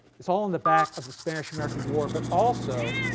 its all on the back of the spanish american war but also,